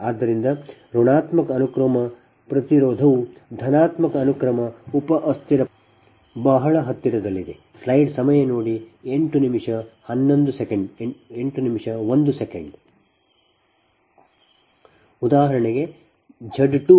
ಆದ್ದರಿಂದ ಋಣಾತ್ಮಕ ಅನುಕ್ರಮ ಪ್ರತಿರೋಧವು ಧನಾತ್ಮಕ ಅನುಕ್ರಮ ಉಪ ಅಸ್ಥಿರ ಪ್ರತಿರೋಧಕ್ಕೆ ಬಹಳ ಹತ್ತಿರದಲ್ಲಿದೆ